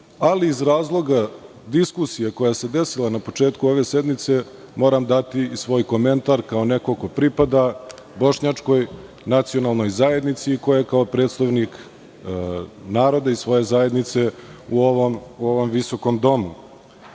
ali iz razloga diskusije koja se desila na početku ove sednice moram dati i svoj komentar kao neko ko pripada Bošnjačkoj nacionalnoj zajednici i ko je kao predstavnik naroda i svoja zajednice u ovom visokom